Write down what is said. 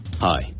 Hi